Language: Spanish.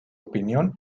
opinión